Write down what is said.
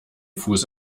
fuß